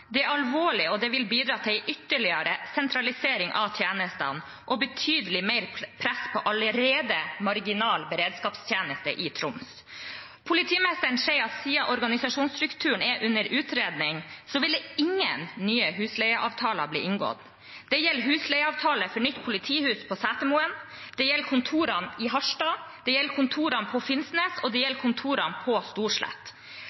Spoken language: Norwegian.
Det er alvorlig, og det vil bidra til en ytterligere sentralisering av tjenestene og betydelig mer press på en allerede marginal beredskapstjeneste i Troms. Politimesteren sier at siden organisasjonsstrukturen er under utredning, vil ingen nye husleieavtaler bli inngått. Det gjelder husleieavtale for nytt politihus på Setermoen, det gjelder kontorene i Harstad, det gjelder kontorene på Finnsnes, og det gjelder